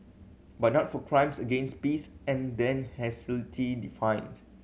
but not for crimes against peace and then hastily defined